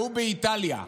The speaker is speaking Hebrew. והוא באיטליה,